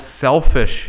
selfish